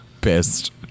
pissed